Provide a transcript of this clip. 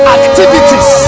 activities